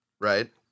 Right